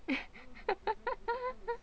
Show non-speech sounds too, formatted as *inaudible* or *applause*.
*laughs*